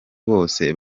bose